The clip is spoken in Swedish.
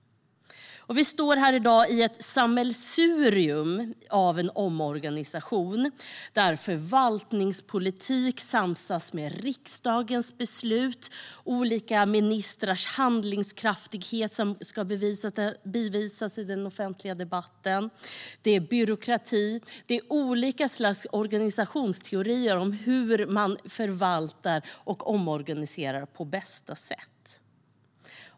Och vi står här i dag i ett sammelsurium i en omorganisation, där förvaltningspolitik samsas med riksdagens beslut. Olika ministrars handlingskraft ska bevisas i den offentliga debatten. Det är byråkrati. Det är olika slags organisationsteorier om hur man förvaltar och omorganiserar på bästa sätt.